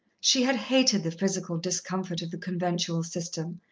she had hated the physical discomfort of the conventual system,